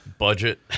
Budget